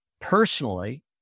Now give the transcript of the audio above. personally